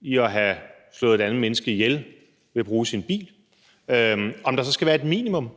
i at have slået et andet menneske ihjel ved at bruge sin bil, så skal være et minimum.